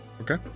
Okay